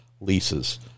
leases